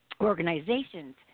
organizations